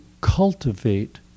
cultivate